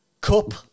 Cup